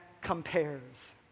compares